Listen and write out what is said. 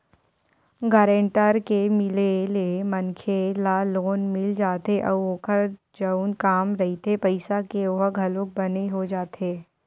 guarantor के मिले ले मनखे ल लोन मिल जाथे अउ ओखर जउन काम रहिथे पइसा के ओहा घलोक बने हो जाथे